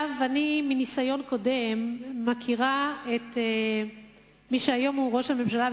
מניסיון קודם אני מכירה את מי שהיום הוא ראש הממשלה,